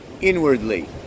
inwardly